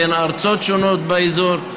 בין ארצות שונות באזור.